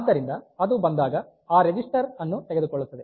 ಆದ್ದರಿಂದ ಅದು ಬಂದಾಗ ಆ ರಿಜಿಸ್ಟರ್ ಅನ್ನು ತೆಗೆದುಕೊಳ್ಳುತ್ತದೆ